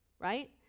right